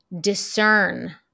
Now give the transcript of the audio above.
discern